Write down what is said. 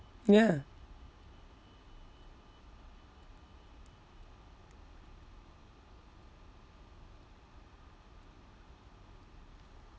ya